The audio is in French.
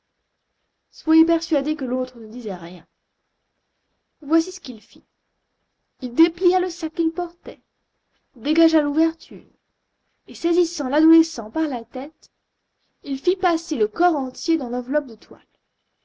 soyez persuadé que l'autre ne disait rien voici ce qu'il fit il déplia le sac qu'il portait dégagea l'ouverture et saisissant l'adolescent par la tête il fit passer le corps entier dans l'enveloppe de toile